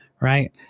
Right